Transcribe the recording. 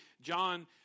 John